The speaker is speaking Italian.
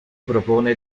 propone